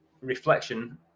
reflection